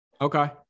Okay